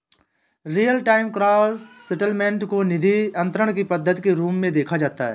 real time gross settlement को निधि अंतरण की पद्धति के रूप में देखा जाता है